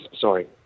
sorry